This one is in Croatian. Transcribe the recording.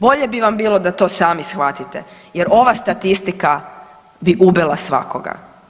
Bolje bi vam bilo da to sami shvatite jer ova statistika bi ubila svakoga.